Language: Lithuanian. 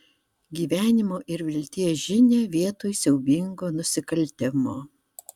gyvenimo ir vilties žinią vietoj siaubingo nusikaltimo